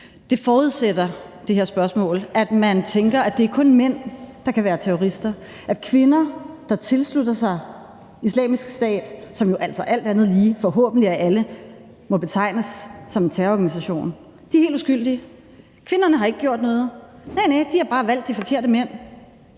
forudsætter, at man tænker, at det kun er mænd, der kan være terrorister, og at kvinder, der tilslutter sig Islamisk Stat, som jo altså alt andet lige forhåbentlig af alle må betegnes som en terrororganisation, er helt uskyldige. Kvinderne har ikke gjort noget, næh, næh, de har bare valgt de forkerte mænd.